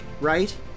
right